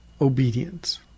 obedience